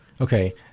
okay